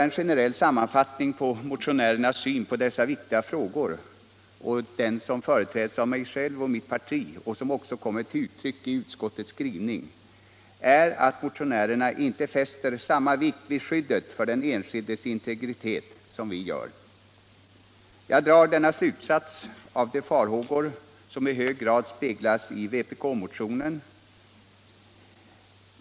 En generell sammanfattning av motionärernas syn på dessa viktiga frågor och av den syn som företräds av mig själv och mitt parti och som kommer till uttryck i utskottens skrivning är att motionärerna inte fäster samma vikt vid skyddet av den enskildes integritet som vi gör. Jag drar denna slutsats av de farhågor som i hög grad speglas i vpkmotionen.